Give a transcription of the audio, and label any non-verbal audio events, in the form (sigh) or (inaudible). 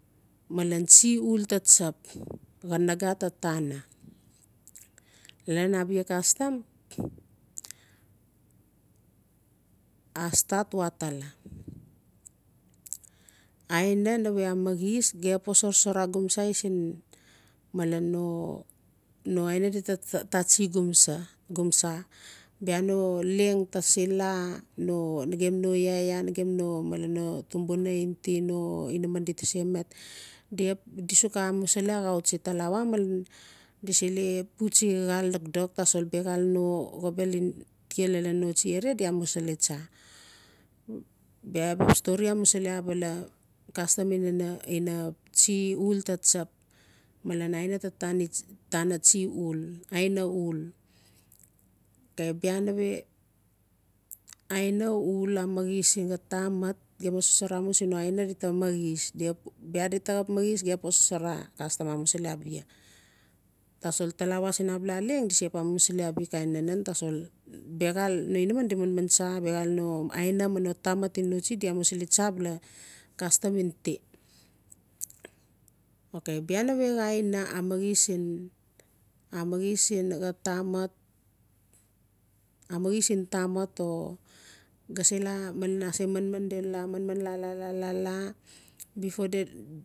Malen tsi uul taa tsap (noise) xan naxa taa tana lan a bia castam (noise) a stat watala aina nave a maxis gem xap xosxosarai go sa sin no aina di taa taa tsi gosa bia no leng taa se laa no nagem no xaxa malen no tubuna in ti no inaman di se met di xap di sec amusili axau tsi talawa malen di se putsi xal dokdok tasol bexal xobel tia lalan noatsi di amusili tsa bia (noise) iaa ba stori amusili abala castam ina tsi uul taa tsap malen aina taa tanai tsi uul aina uul okay bia nave aina uul taa maxis sin xaa tamat gem xosxosara mu sin no aina di taa maxis bia di taa xap maxis gem xap xosxosara castam amusili abia tasol talawa sin abia leng di sep xep amusili abia mat kain nanan tasol bexa no inaman di manman tsa bexa no aina mi no tamat mi no tsi di amusili tsa a bala castam in ti okay bia nave ga aina a maxis sin xaa tamat a maxis sin tamat o ga se laa malen a se manman laa-laa-laa befor